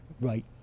right